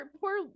poor